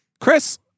Chris